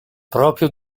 proprio